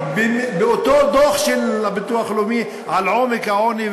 על עומק העוני,